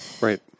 Right